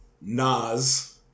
Nas